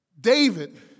David